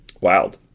Wild